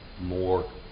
more